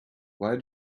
why